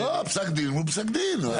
פסק דין מול פסק דין.